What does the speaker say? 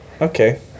Okay